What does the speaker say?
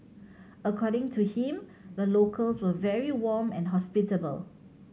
according to him the locals were very warm and hospitable